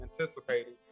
anticipating